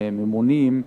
שהם ממונים,